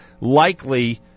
Likely